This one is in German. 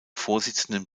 vorsitzenden